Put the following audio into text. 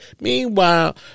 Meanwhile